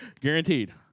Guaranteed